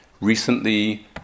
recently